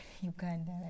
Uganda